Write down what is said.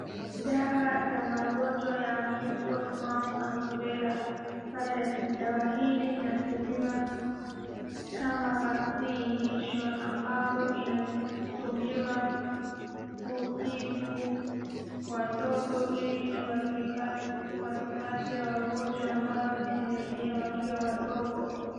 Dawa za magonjwa ya measles , mumps and rubella virus . Dawa hili linatumiwa kama vaccination ambapo linatumiwa kutibu watoto ili wasipate wagonjwa ambazo zinaenea wakiwa wadogo.